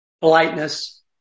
politeness